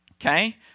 Okay